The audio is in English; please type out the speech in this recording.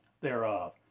thereof